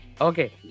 Okay